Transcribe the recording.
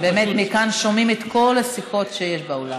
באמת מכאן שומעים את כל השיחות שיש באולם,